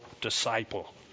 disciple